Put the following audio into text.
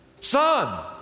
son